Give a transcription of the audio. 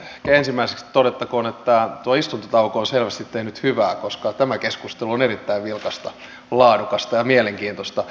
ehkä ensimmäiseksi todettakoon että tuo istuntotauko on selvästi tehnyt hyvää koska tämä keskustelu on erittäin vilkasta laadukasta ja mielenkiintoista